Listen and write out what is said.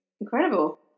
Incredible